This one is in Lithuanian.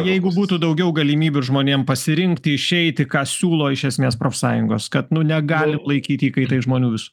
jeigu būtų daugiau galimybių ir žmonėm pasirinkti išeiti ką siūlo iš esmės profsąjungos kad nu negalit laikyt įkaitais žmonių jūs